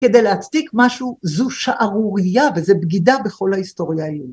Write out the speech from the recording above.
כדי להצתיק משהו זו שערורייה וזו בגידה בכל ההיסטוריה היהודית.